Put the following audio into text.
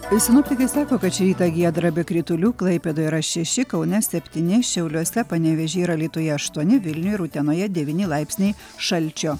sinoptikai sako kad šį rytą giedra be kritulių klaipėdoje yra šeši kaune septyni šiauliuose panevėžyje ir alytuje aštuoni vilniuje ir utenoje devyni laipsniai šalčio